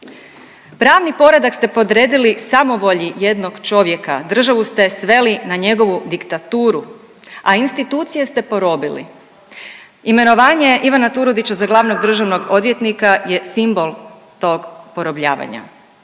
Pravni poredak ste podredili samovolji jednog čovjeka, državu ste sveli na njegovu diktaturu, a institucije ste porobili. Imenovanje Ivana Turudića za glavnog državnog odvjetnika je simbol tog porobljavanja.